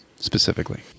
specifically